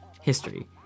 history